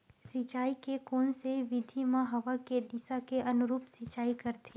सिंचाई के कोन से विधि म हवा के दिशा के अनुरूप सिंचाई करथे?